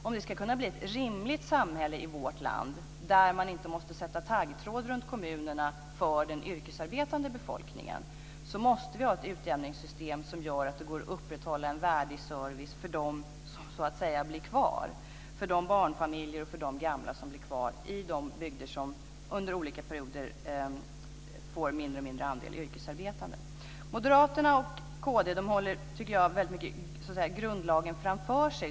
Om det ska kunna bli ett rimligt samhälle i vårt land, där man inte måste sätta taggtråd runt kommunerna för den yrkesarbetande befolkningen, måste vi ha ett utjämningssystem som gör att det går att upprätthålla en värdig service för dem som blir kvar - för de barnfamiljer och de gamla som blir kvar i de bygder som under olika perioder får mindre och mindre andel yrkesarbetande. Moderaterna och kd håller, tycker jag, väldigt mycket grundlagen framför sig.